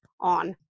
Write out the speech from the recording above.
on